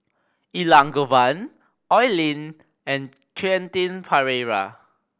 Elangovan Oi Lin and Quentin Pereira